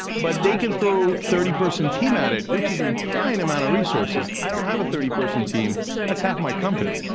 but they can throw a thirty person team at it, which is a giant amount of resources. i don't have a thirty person team. that's half my company.